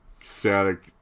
static